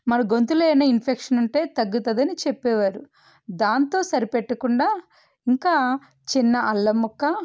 మరి గొంతులో ఏమైనా ఇన్ఫెక్షన్ ఉంటే తగ్గుతుందని చెప్పేవారు దాంతో సరిపెట్టకుండా ఇంకా చిన్న అల్లం ముక్క